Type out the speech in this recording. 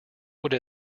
would